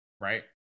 right